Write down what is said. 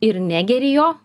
ir negiri jo